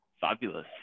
fabulous